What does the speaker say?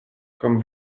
comme